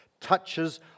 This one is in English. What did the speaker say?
touches